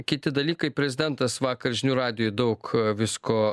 kiti dalykai prezidentas vakar žinių radijui daug visko